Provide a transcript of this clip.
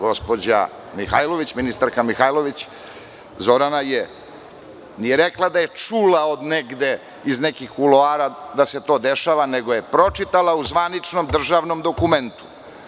Gospođa Zorana Mihajlović nije rekla da je čula od negde, iz nekih kuloara da se to dešava nego je pročitala u zvaničnom državnom dokumentu.